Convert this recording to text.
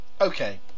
okay